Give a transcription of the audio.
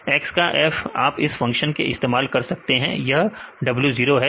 f of x आप इस function का इस्तेमाल कर सकते हैं यह w0 है यह माइनस 15